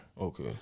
Okay